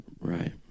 Right